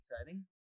exciting